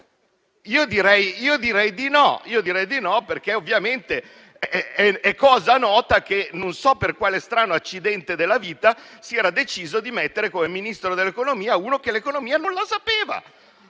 Io direi di no, perché ovviamente è noto che non so per quale strano accidente della vita si era deciso di nominare come Ministro dell'economia qualcuno che l'economia non la sapeva,